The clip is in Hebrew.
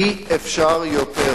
אי-אפשר יותר.